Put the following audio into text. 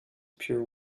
pure